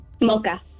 Mocha